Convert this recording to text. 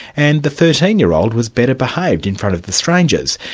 and the thirteen year old was better behaved in front of the strangers,